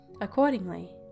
Accordingly